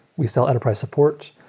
we sell enterprise support,